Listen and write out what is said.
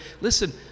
listen